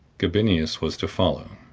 gabinius was to follow.